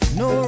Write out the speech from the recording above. no